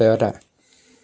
Toyota